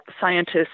scientists